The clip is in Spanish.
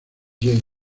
jamie